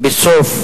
בסוף